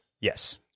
Yes